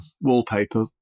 wallpaper